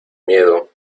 miedo